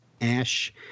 Ash